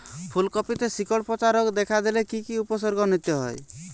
ফুলকপিতে শিকড় পচা রোগ দেখা দিলে কি কি উপসর্গ নিতে হয়?